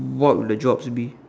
what would the jobs be